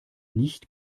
nicht